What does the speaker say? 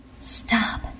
Stop